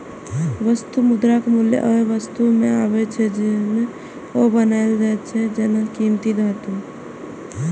वस्तु मुद्राक मूल्य ओइ वस्तु सं आबै छै, जइसे ओ बनायल जाइ छै, जेना कीमती धातु